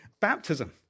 baptism